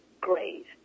great